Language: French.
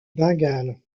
bengale